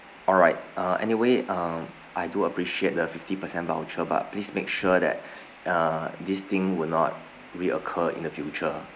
alright uh anyway um I do appreciate the fifty percent voucher but please make sure that uh this thing will not reoccur in the future